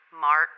Mark